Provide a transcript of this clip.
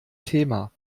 thema